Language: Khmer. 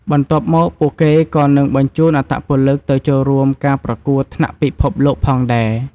បន្ទាប់មកពួកគេក៏នឹងបញ្ជូនអត្តពលិកទៅចូលរួមការប្រកួតថ្នាក់ពិភពលោកផងដែរ។